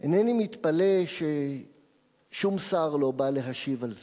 אינני מתפלא ששום שר לא בא להשיב על זה.